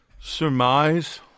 surmise